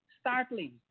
startling